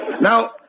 Now